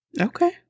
Okay